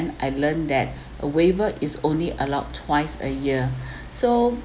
and I learnt that a waiver is only allowed twice a year so